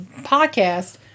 podcast